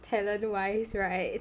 talent-wise right